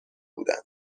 بودند